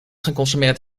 geconsumeerd